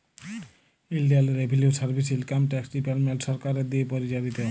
ইলডিয়াল revenue service income tax department সরকারের দিঁয়ে পরিচালিত